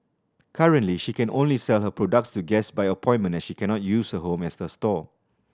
currently she can only sell her products to guests by appointment as she cannot use her home as a store